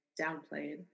downplayed